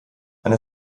eine